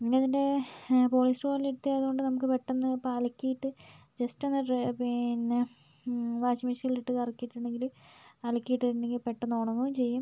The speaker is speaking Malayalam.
പിന്നെ ഇതിൻ്റെ പോളിസ്റ്ററ് പോലത്തെ ആയതുകൊണ്ട് നമുക്ക് പെട്ടന്ന് ഇപ്പോൾ അലക്കീട്ട് ജസ്റ്റൊന്ന് റ് പിന്നെ വാഷിംഗ് മെഷീൻൽ ഇട്ട് കറക്കീട്ടുണ്ടെങ്കിൽ അലക്കീട്ടുണ്ടെങ്കിൽ പെട്ടന്ന് ഉണങ്ങുകയും ചെയ്യും